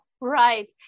Right